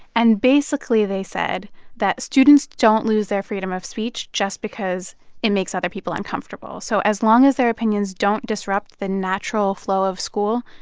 and basically they said that students don't lose their freedom of speech just because it makes other people uncomfortable. so as long as their opinions don't disrupt the natural flow of school,